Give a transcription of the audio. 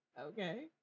okay